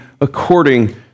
according